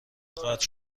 قطع